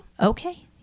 okay